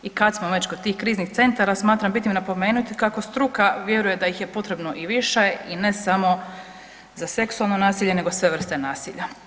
I kada smo već kod tih kriznih centara, smatram bitnim napomenuti kako struka vjeruje da ih je potrebno i više i ne samo za seksualno nasilje nego sve vrste nasilja.